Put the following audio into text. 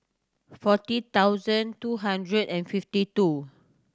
forty thousand two hundred and fifty two